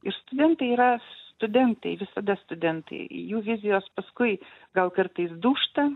ir studentai yra studentai visada studentai jų vizijos paskui gal kartais dūžta